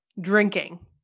drinking